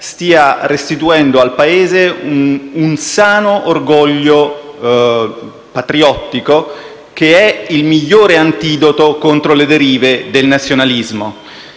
stia restituendo al Paese un sano orgoglio patriottico, che è il migliore antidoto contro le derive del nazionalismo.